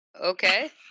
Okay